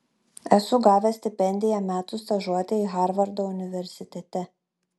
esu gavęs stipendiją metų stažuotei harvardo universitete